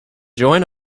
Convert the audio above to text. join